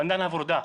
הבנדנה הוורודה.